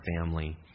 family